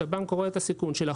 כשהבנק רואה את הסיכון שלך,